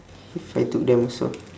if I took them also